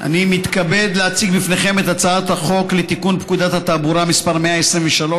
אני מתכבד להציג בפניכם את הצעת חוק לתיקון פקודת התעבורה (מס' 123),